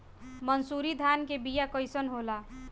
मनसुरी धान के बिया कईसन होला?